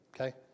okay